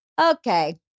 okay